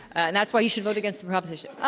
and that's why you should vote against the proposition.